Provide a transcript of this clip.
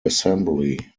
assembly